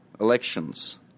elections